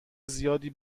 زیادی